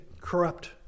corrupt